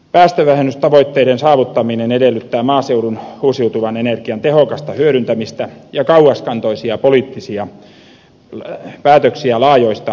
päästövähennystavoitteiden saavuttaminen edellyttää maaseudun uusiutuvan energian tehokasta hyödyntämistä ja kauaskantoisia poliittisia päätöksiä laajoista edistämistoimenpiteistä